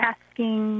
Asking